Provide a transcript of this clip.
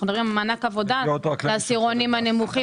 אנחנו מדברים על מענק עבודה בעשירונים הנמוכים.